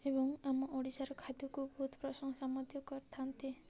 ଏବଂ ଆମ ଓଡ଼ିଶାର ଖାଦ୍ୟକୁ ବହୁତ ପ୍ରଶଂସା ମଧ୍ୟ କରିଥାନ୍ତି